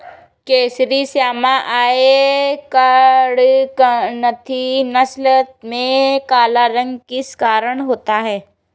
Carry Shyama या कड़कनाथी नस्ल में काला रंग किस कारण होता है?